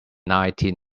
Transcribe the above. nineteen